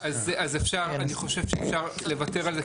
אז אפשר, אני חושב שאפשר לוותר על זה.